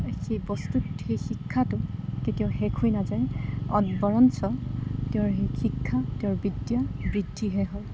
সেই বস্তুত সেই শিক্ষাটো কেতিয়াও শেষ হৈ নাযায় বৰঞ্চ তেওঁৰ সেই শিক্ষা তেওঁৰ বিদ্যা বৃদ্ধিহে হয়